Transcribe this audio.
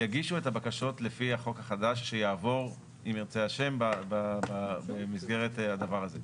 יגישו את הבקשות לפי החוק החדש שיעבור אי"ה במסגרת הדבר הזה.